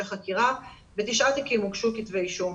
חקירה ובתשעה תיקים הוגשו כתבי אישום.